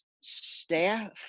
staff